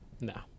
No